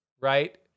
right